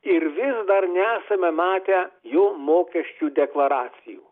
ir vis dar nesame matę jų mokesčių deklaracijų